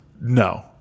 No